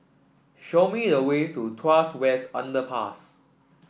show me the way to Tuas West Underpass